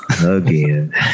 again